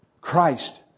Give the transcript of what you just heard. Christ